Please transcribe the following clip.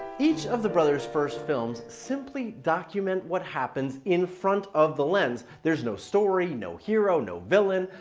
each of the brothers' first films simply document what happens in front of the lens. there's no story, no hero, no villain.